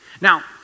Now